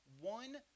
one